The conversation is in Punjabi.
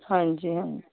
ਹਾਂਜੀ